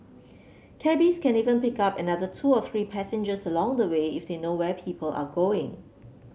cabbies can even pick up another two or three passengers along the way if they know where people are going